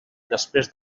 després